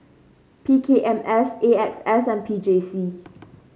P K M S A X S and P J C